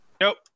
Nope